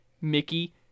Mickey